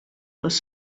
les